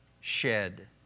shed